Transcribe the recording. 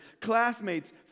classmates